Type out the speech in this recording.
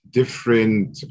different